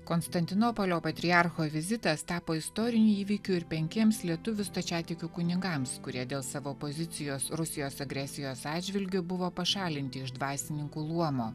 konstantinopolio patriarcho vizitas tapo istoriniu įvykiu ir penkiems lietuvių stačiatikių kunigams kurie dėl savo pozicijos rusijos agresijos atžvilgiu buvo pašalinti iš dvasininkų luomo